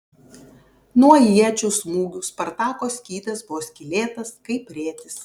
nuo iečių smūgių spartako skydas buvo skylėtas kaip rėtis